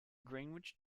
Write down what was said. greenwich